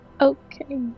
okay